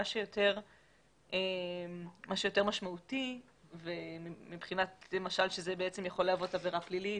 מה שיותר משמעותי וזה בצעם יכול להוות עבירה פלילית